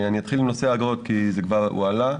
אתחיל עם נושא האגרות כי זה כבר הועלה.